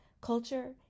culture